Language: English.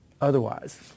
Otherwise